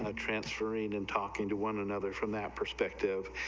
ah transferring and talking to one another from that perspective,